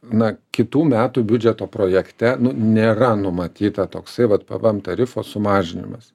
na kitų metų biudžeto projekte nėra numatyta toksai vat pvm tarifo sumažinimas